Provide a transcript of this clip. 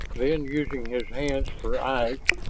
then, using his hands for eyes,